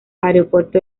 aeropuerto